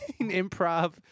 improv